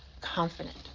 confident